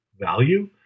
value